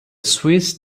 swiss